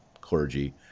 clergy